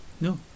No